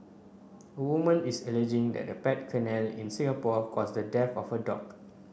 a woman is alleging that a pet kennel in Singapore caused the death of her dog